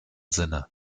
sinne